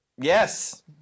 Yes